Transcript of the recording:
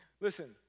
Listen